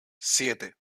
siete